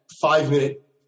five-minute